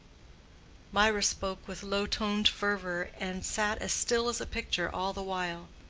mirah spoke with low-toned fervor, and sat as still as a picture all the while.